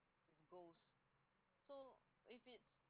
so